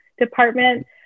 Department